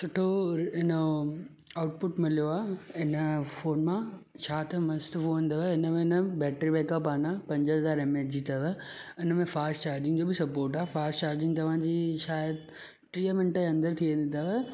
सुठो हिन आउटपुट मिलियो आहे हिन फोन मां छा त मस्तु फोन अथव हिन में न बैट्री बैकअप आहे न पंज हज़ार एम एच जी अथव हिन में फ़ास्ट चार्जिंग जो बि सपॉट आहे फ़ास्ट चार्जिंग तव्हांजी शायदि टीह मिंट जे अंदरि थी वेंदी अथव